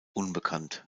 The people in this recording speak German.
unbekannt